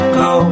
go